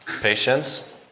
Patience